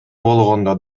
болгондо